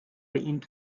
into